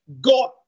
God